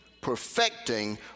perfecting